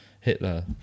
Hitler